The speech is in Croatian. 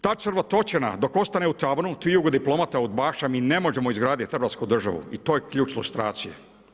Ta crvotočina dok ostane u tavanu tih jugo diplomata, udbaša, mi ne možemo izgraditi hrvatsku državu i to je ključ lustracije.